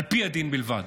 על פי הדין בלבד.